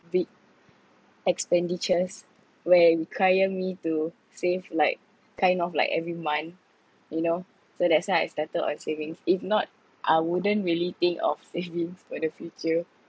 big expenditures where require me to save like kind of like every month you know so that's why I started on savings if not I wouldn't really think of savings for the future